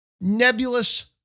nebulous